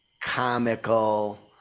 comical